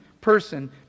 person